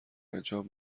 انجام